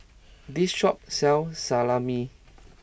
this shop sells Salami